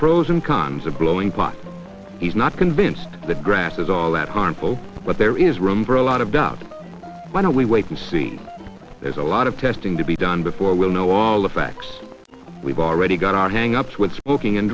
pros and cons of blowing pot he's not convinced the grass is all that harmful but there is room for a lot of doubt why don't we wait and see there's a lot of testing to be done before we'll know all the facts we've already got our hang ups with smoking and